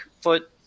foot